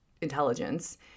intelligence